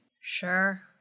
Sure